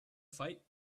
fight